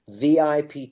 VIP